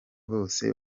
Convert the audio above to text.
bose